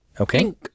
Okay